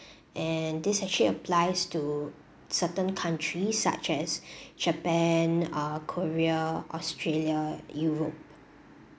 and this actually applies to certain countries such as japan uh korea australia europe